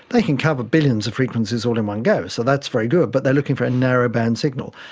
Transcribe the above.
they can cover billions of frequencies all in one go, so that's very good, but they are looking for a narrowband signal.